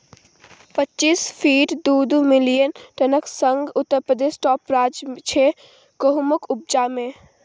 पच्चीस पांइट दु दु मिलियन टनक संग उत्तर प्रदेश टाँप राज्य छै गहुमक उपजा मे